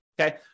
okay